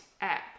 app